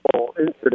incident